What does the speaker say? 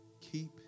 Keep